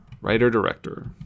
Writer-director